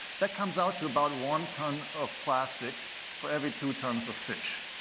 that comes out to about one ton of plastic for every two tons of fish,